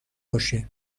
باشه